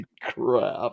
crap